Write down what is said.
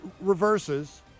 reverses